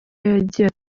yagiye